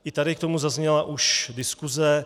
I tady k tomu zazněla už diskuse.